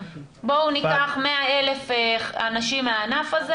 בואו ניקח 100,000 אנשים מהענף הזה